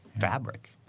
fabric